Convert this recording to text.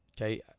Okay